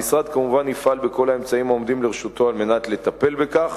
המשרד כמובן יפעל בכל האמצעים העומדים לרשותו על מנת לטפל בכך